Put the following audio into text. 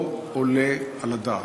לא עולה על הדעת.